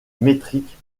métrique